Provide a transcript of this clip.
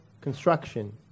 construction